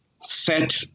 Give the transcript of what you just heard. set